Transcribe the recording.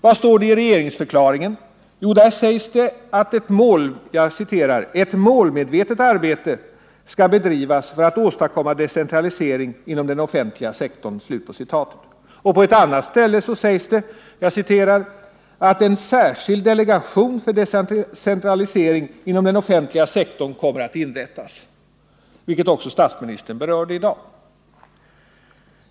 Vad står det i regeringsförklaringen? Jo, där sägs: ”Ett målmedvetet arbete skall bedrivas för att åstadkomma decentralisering inom den offentliga sektorn.” På ett annat ställe sägs det: ”En särskild delegation för decentralisering inom den offentliga sektorn inrättas” — något som också statsministern berörde tidigare i dag.